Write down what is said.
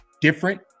different